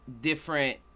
different